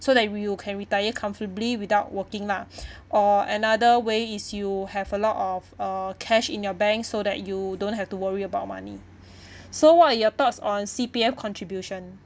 so that you can retire comfortably without working lah or another way is you have a lot of uh cash in your bank so that you don't have to worry about money so what are your thoughts on C_P_F contribution